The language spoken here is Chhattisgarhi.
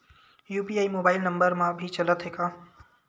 यू.पी.आई मोबाइल नंबर मा भी चलते हे का?